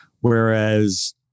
whereas